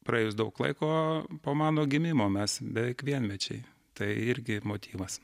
praėjus daug laiko po mano gimimo mes beveik vienmečiai tai irgi motyvas